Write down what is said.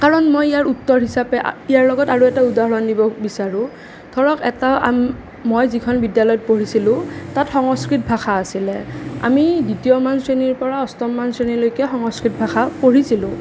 কাৰণ মই ইয়াৰ উত্তৰ হিচাপে ইয়াৰ লগত আৰু এটা উদাহৰণ দিব বিচাৰোঁ ধৰক এটা মই যিখন বিদ্যালয়ত পঢ়িছিলোঁ তাত সংস্কৃত ভাষা আছিলে আমি দ্বিতীয় মান শ্ৰেণীৰ পৰা অষ্টম মান শ্ৰেণীলৈকে সংস্কৃত ভাষা পঢ়িছিলোঁ